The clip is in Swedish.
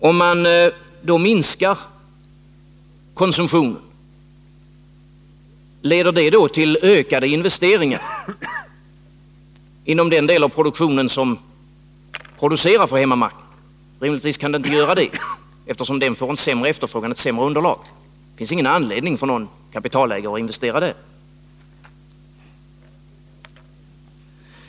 Om man minskar konsumtionen, leder det då till ökade investeringar inom den del av produktionen som producerar för hemmamarknaden? Rimligvis kan det inte göra det, eftersom den får en sämre efterfrågan, ett sämre underlag. Det finns ingen anledning för någon kapitalägare att satsa där.